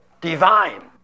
divine